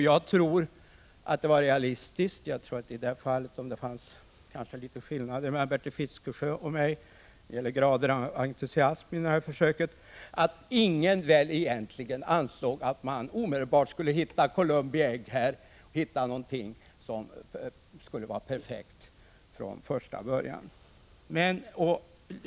Jag tror att det är realistiskt att säga — även om det fanns en viss skillnad mellan Bertil Fiskesjö och mig i graden av entusiasm för försöket — att ingen ansåg att man omedelbart skulle hitta något som kunde betecknas som Columbi ägg, en lösning som var perfekt från första början.